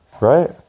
Right